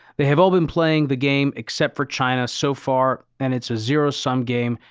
they have all been playing the game except for china so far. and it's a zero sum game.